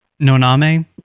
Noname